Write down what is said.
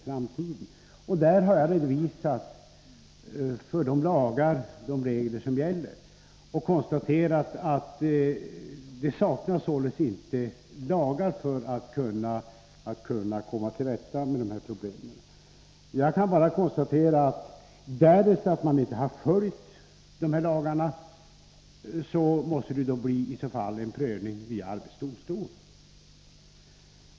Jag har redogjort för de lagar och regler som gäller och konstaterat att det således inte saknas lagar för att kunna komma till rätta med det här problemet. Jag kan bara konstatera att därest man inte följt dessa lagar måste det bli en prövning i arbetsdomstolen.